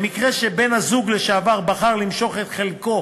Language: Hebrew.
במקרה שבן-הזוג לשעבר בחר למשוך את חלקו